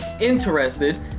interested